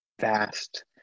vast